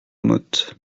motte